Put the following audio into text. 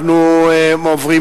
אנחנו עוברים